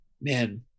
man